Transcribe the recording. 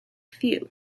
few